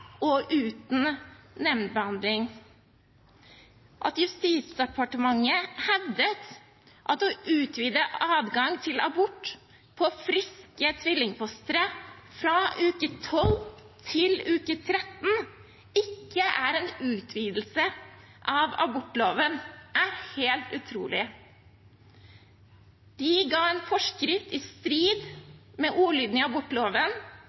og uten nemndbehandling. At Justisdepartementet hevdet at å utvide adgang til abort på friske tvillingfostre fra uke 12 til uke 13 ikke er en utvidelse av abortloven, er helt utrolig. De ga en forskrift i strid med ordlyden i abortloven